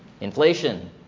inflation